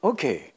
Okay